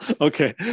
Okay